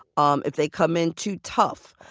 um if they come in too tough,